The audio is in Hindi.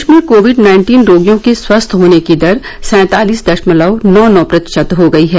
देश में कोविड नाइन्टीन रोगियों के स्वस्थ होने की दर सैंतालिस दशमलव नौ नौ प्रतिशत हो गई है